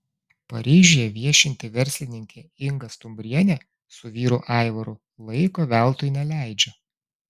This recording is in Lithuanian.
paryžiuje viešinti verslininkė inga stumbrienė su vyru aivaru laiko veltui neleidžia